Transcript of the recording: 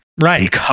Right